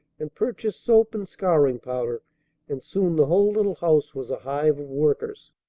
and purchased soap and scouring-powder and soon the whole little house was a hive of workers.